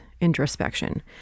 introspection